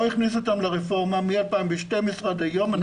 לא הכניסו אותם לרפורמה מ-2012 עד היום.